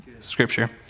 scripture